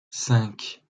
cinq